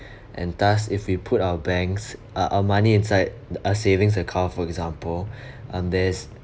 and thus if we put our banks uh our money inside the uh savings account for example and there's